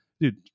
Dude